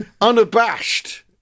unabashed